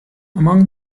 among